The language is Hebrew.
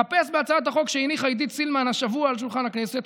חפש את הצעת החוק שהניחה עידית סילמן השבוע על שולחן הכנסת,